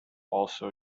also